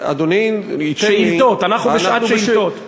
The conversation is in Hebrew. שאילתות, אנחנו בשאלת שאילתות.